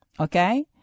Okay